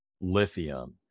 lithium